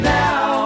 now